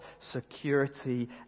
security